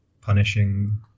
punishing